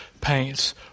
paints